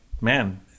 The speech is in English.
man